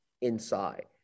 inside